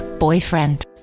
Boyfriend